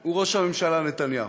הוא ראש הממשלה נתניהו: